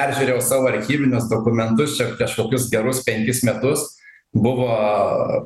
peržiūrėjau savo archyvinius dokumentus čia kažkokius gerus penkis metus buvo